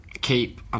keep